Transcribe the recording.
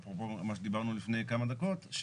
אפרופו מה שדיברנו לפני כמה דקות.